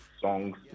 songs